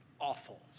awful